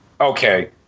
Okay